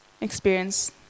experience